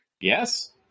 Yes